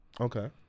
okay